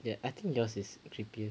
yeah I think yours is creepier